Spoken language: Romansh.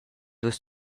vus